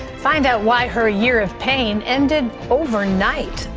find out why her year of pain ended overnight.